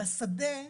בשדה,